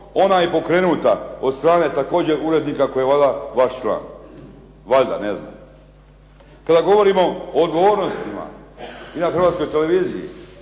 ona i pokrenuta od strane također urednika koji je valjda vaš član. Valjda, ne znam. Kada govorimo o odgovornostima i na Hrvatskoj televiziji,